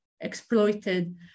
exploited